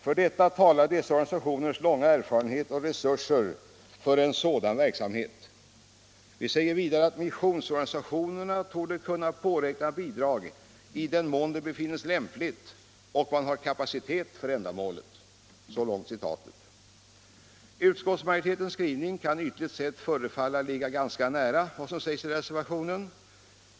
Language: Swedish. För detta talar dessa organisationers långa erfarenhet och resurser för en sådan verksamhet.” Vi säger vidare: ”Missionsorganisationerna torde kunna påräkna bidrag i den mån det befinnes lämpligt och man har kapacitet för ändamålet.” Utskottsmajoritetens skrivning kan ytligt sett förefalla ligga ganska nära vad som sägs i reservationen.